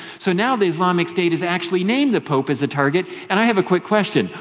so now the islamic state has actually named the pope as a target. and i have a quick question.